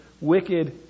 wicked